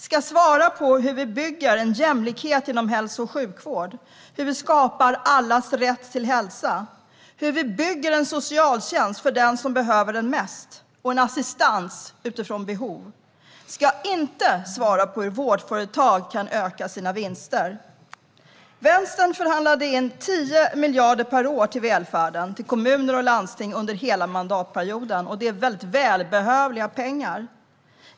Politik ska handla om hur vi bygger jämlikhet inom hälso och sjukvård, hur vi skapar allas rätt till hälsa. Det ska handla om hur vi bygger en socialtjänst för den som behöver den mest och en assistans utifrån behov. Politik ska inte handla om hur vårdföretag kan öka vinsterna. Vänstern förhandlade in 10 miljarder per år till välfärden, till kommuner och landsting, under hela mandatperioden. Det är pengar som verkligen behövs.